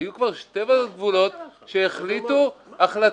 היו כבר שתי ועדות גבולות שהחליטו החלטות,